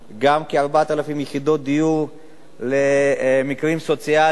גם כ-4,000 יחידות דיור למקרים סוציאליים,